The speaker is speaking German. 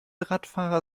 radfahrer